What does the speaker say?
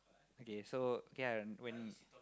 okay so okay ah when